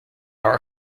are